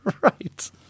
Right